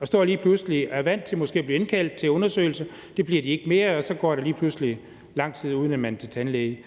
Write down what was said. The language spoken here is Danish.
de står lige pludselig og er vant til måske at blive indkaldt til undersøgelse. Det bliver de ikke mere, og så går der lige pludselig lang tid, uden at de er til tandlæge.